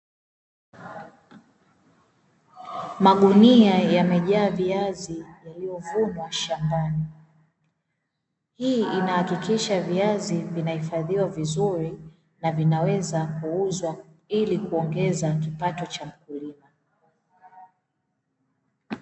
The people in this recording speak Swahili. Magunia yamejaa viazi vilivyovunwa shambani. Hii inahakikisha viazi vinahifadhiwa vizuri na vinaweza kuuzwa ili kuongeza kipato cha mkulima.